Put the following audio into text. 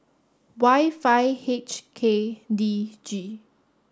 Y five H K D G